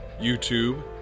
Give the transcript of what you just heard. YouTube